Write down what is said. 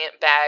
bag